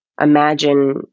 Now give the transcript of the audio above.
imagine